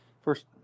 first